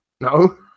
No